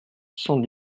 cent